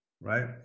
right